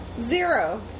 Zero